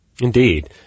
Indeed